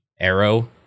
arrow